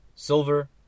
Silver